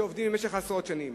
שעובדים במשך עשרות שנים.